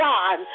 God